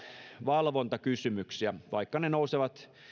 valvontakysymyksiä vaikka ne nousevat